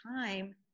time